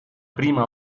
prima